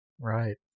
Right